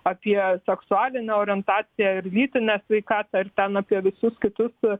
apie seksualinę orientaciją ir lytinę sveikatą ir ten apie visus kitus